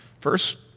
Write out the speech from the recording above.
First